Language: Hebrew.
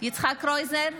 יצחק קרויזר,